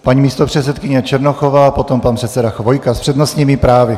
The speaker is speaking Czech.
Paní místopředsedkyně Černochová, potom pan předseda Chvojka s přednostními právy.